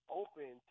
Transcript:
open